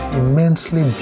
immensely